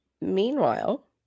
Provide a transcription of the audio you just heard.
Meanwhile